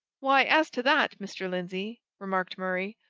why, as to that, mr. lindsey, remarked murray,